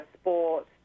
sport